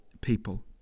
people